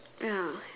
ya